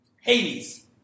Hades